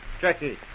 Jackie